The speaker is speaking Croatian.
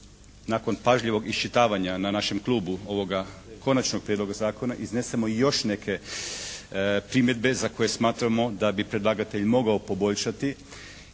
nakon pažljivog isčitavanja na našem klubu ovoga Konačnog prijedloga zakona iznesemo i još neke primjedbe za koje smatramo da bi predlagatelj mogao poboljšati